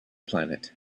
planet